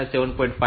5 છે